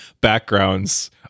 backgrounds